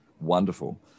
wonderful